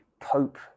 Pope